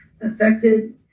affected